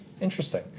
Interesting